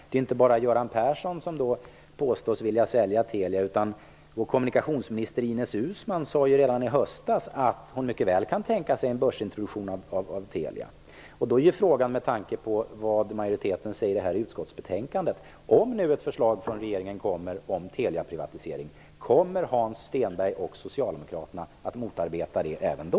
Det är inte bara Göran Persson som påstås vilja sälja Telia, utan kommunikationsminister Ines Uusmann sade redan i höstas att hon mycket väl kunde tänka sig en börsintroduktion av Telia. Med tanke på vad majoriteten säger i det här utskottsbetänkandet är frågan vad som händer om det kommer ett förslag från regeringen om Teliaprivatisering: Kommer Hans Stenberg och Socialdemokraterna att motarbeta det även då?